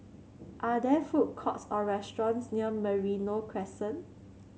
are there food courts or restaurants near Merino Crescent